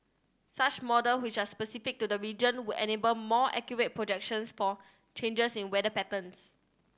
such models which are specific to the region would enable more accurate projections for changes in weather patterns